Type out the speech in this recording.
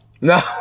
no